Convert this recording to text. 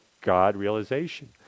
God-realization